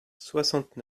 soixante